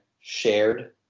shared